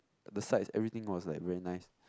the sides everything was like very nice